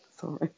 Sorry